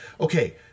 Okay